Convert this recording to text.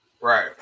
right